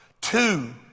Two